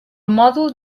mòdul